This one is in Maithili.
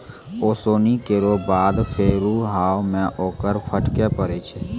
ओसौनी केरो बाद फेरु हाथ सें ओकरा फटके परै छै